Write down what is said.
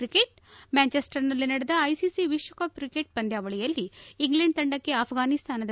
cricket ಮ್ಯಾಂಜೆಸ್ಸರ್ನಲ್ಲಿ ನಡೆದ ICC ವಿಶ್ವಕಪ್ ಕ್ರಿಕೆಟ್ ಪಂದ್ಯಾವಳಿಯಲ್ಲಿ ಇಂಗ್ಲೆಂಡ್ ತಂಡಕ್ಕೆ ಆಫ್ರಾನಿಸ್ತಾನದ